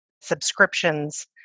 subscriptions